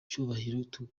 cyubahiro